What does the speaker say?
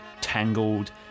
tangled